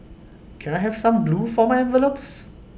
can I have some glue for my envelopes